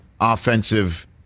offensive